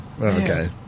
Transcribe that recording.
okay